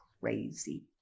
crazy